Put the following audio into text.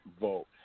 vote